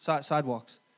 sidewalks